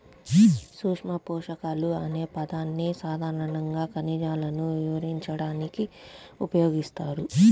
సూక్ష్మపోషకాలు అనే పదాన్ని సాధారణంగా ఖనిజాలను వివరించడానికి ఉపయోగిస్తారు